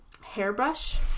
hairbrush